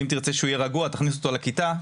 ואם תרצה שהוא יהיה רגוע תכניס אותו לכיתה,